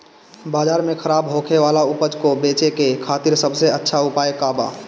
बाजार में खराब होखे वाला उपज को बेचे के खातिर सबसे अच्छा उपाय का बा?